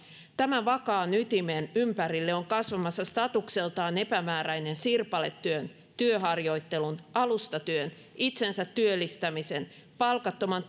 tämän vakaan ytimen ympärille on kasvamassa statukseltaan epämääräinen sirpaletyön työharjoittelun alustatyön itsensä työllistämisen palkattoman